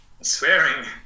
swearing